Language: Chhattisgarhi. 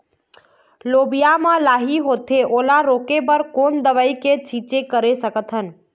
लोबिया मा लाही होथे ओला रोके बर कोन दवई के छीचें कर सकथन?